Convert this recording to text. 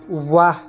ৱাহ